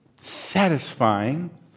satisfying